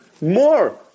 more